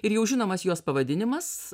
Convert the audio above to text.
ir jau žinomas jos pavadinimas